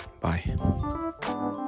Bye